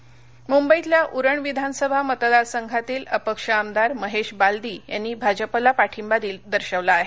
आमदार मंवई मुंबईतल्या उरण विधानसभा मतदार संघातील अपक्ष आमदार महेश बालदी यांनी भाजपला पाठिंबा दर्शविला आहे